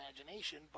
imagination